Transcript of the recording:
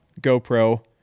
GoPro